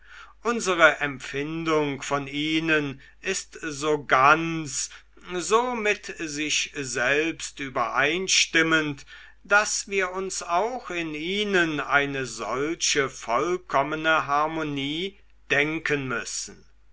unsere empfindung von ihnen ist so ganz so mit sich selbst übereinstimmend daß wir uns auch in ihnen eine solche vollkommene harmonie denken müssen